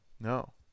No